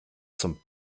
zum